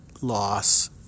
loss